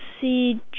see